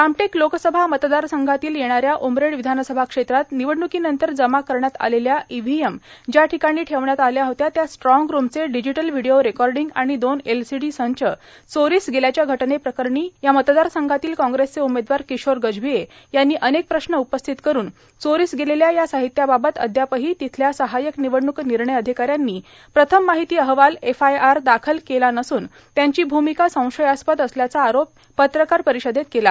रामटेक लोकसभा मतदारसंघातील येणाऱ्या उमरेड विधानसभा क्षेत्रात निवडणुकीनंतर जमा करण्यात आलेल्या ईव्हीएम ज्या ठिकाणी ठेवण्यात आल्या होत्या त्या स्ट्राँग रूमचे डिजिटल व्हिडिओ रेकॉर्डिंग आणि दोन एलसीडी संच चोरीस गेल्याच्या घटनेप्रकरणी या मतदारसंघातील काँग्रेसचे उमेदवार किशोर गजभिये यांनी अनेक प्रश्न उपस्थित करून चोरीस गेलेल्या या साहित्याबाबत अद्यापही तिथल्या सहायक निवडणूक निर्णय अधिकारी यांनी प्रथम माहिती अहवाल दाखल केला नसून त्यांची भूमिका संशयास्पद असल्याचा आरोप आज पत्रकार परिषदेत केला